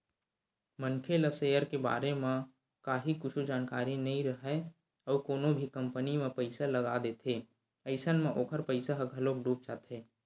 मनखे ला सेयर के बारे म काहि कुछु जानकारी नइ राहय अउ कोनो भी कंपनी म पइसा लगा देथे अइसन म ओखर पइसा ह घलोक डूब जाथे